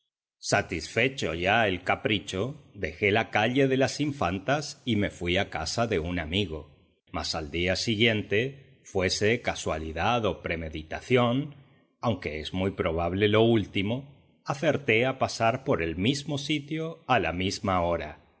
satisfecho ya el capricho dejé la calle de las infantas y me fui a casa de un amigo mas al día siguiente fuese casualidad o premeditación aunque es muy probable lo último acerté a pasar por el mismo sitio a la misma hora